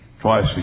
twice